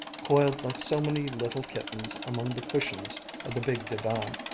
coiled like so many little kittens among the cushions of the big divan.